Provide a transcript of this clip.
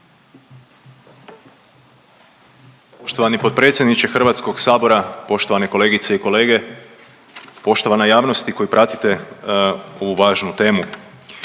Poštovani potpredsjedniče HS-a, poštovane kolegice i kolege, poštovana javnosti koji pratite ovu važnu temu.